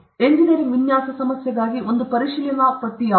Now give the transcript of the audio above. engineering ವಿನ್ಯಾಸ ಸಮಸ್ಯೆಗಾಗಿ ಒಂದು ಪರಿಶೀಲನಾಪಟ್ಟಿ ಯಾವುದು